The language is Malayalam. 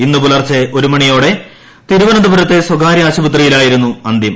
ഇന്നു പുലർച്ചെ ഒരുമണിയോടെ തിരുവനന്തപുരത്തെ സ്വകാര്യ ആശുപത്രിയിലായിരുന്നു അന്ത്യം